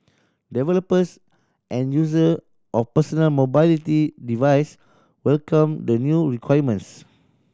developers and user of personal mobility device welcomed the new requirements